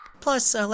Plus